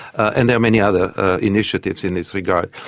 and there are many other initiatives in this regard.